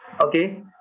okay